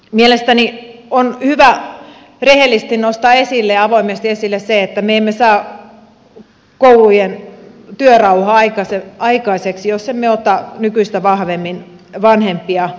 mielestäni on hyvä rehellisesti ja avoimesti nostaa esille se että me emme saa koulujen työrauhaa aikaiseksi jos emme ota nykyistä vahvemmin vanhempia mukaan